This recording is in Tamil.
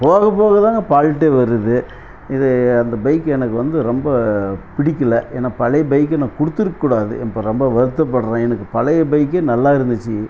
போக போகதாங்க ஃபால்டே வருது இது அந்த பைக் எனக்கு வந்து ரொம்ப பிடிக்கலை ஏன்னா பழைய பைக்கை நான் கொடுத்துருக்க கூடாது இப்போ ரொம்ப வருத்தப்படுகிறேன் எனக்கு பழைய பைக்கே நல்லாருந்துச்சு